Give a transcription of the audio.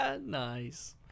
Nice